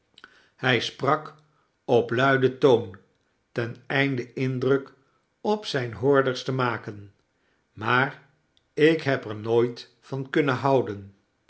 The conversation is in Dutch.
hij sprak op luiden toon ten einde indruk op zijne hoorders te maken maar ik heb er nooit van kunnen houden